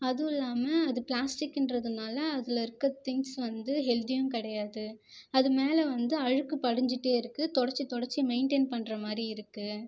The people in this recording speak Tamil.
அதுவும் இல்லாமல் அது பிளாஸ்டிக்ன்றதுனால அதில் இருக்க திங்க்ஸ் வந்து ஹெல்த்தியும் கிடையாது அது மேலே வந்து அழுக்கு படிஞ்சிகிட்டே இருக்கு துடச்சி துடச்சி மெயின்டைன் பண்ணுற மாதிரி இருக்கு